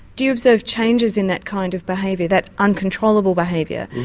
do you observe changes in that kind of behaviour, that uncontrollable behaviour,